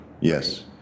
yes